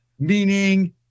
Meaning